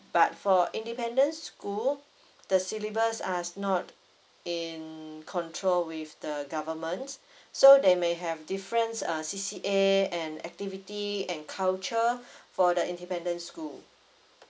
but for independent school the syllabus uh is not in control with the government so they may have difference uh C_C_A and activity and culture for the independent school